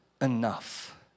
enough